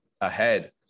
ahead